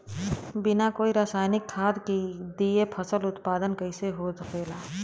बिना कोई रसायनिक खाद दिए फसल उत्पादन कइसे हो सकेला?